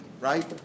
right